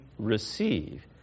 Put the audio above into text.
receive